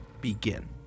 begin